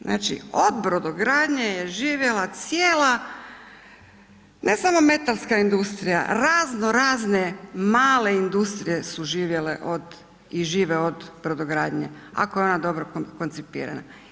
Znači od brodogradnje je živjela cijela ne samo metalska industrija, razno razne male industrije su živjele od i žive od brodogradnje ako je ona dobro koncipirana.